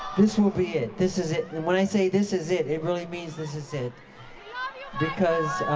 this will be it this is it and when i say this is it it really means this is it because